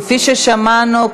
כפי ששמענו,